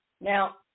Now